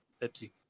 Pepsi